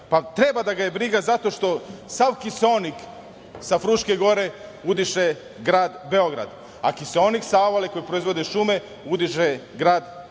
Treba da ga je briga zato što sav kiseonik sa Fruške gore udiše grad Beograd, a kiseonik sa Avale koju proizvode šume udiše grad Kruševac.